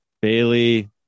Bailey